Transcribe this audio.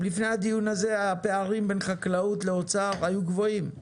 לפני הדיון הזה הפערים בין חקלאות לאוצר היו גבוהים.